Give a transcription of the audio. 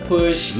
Push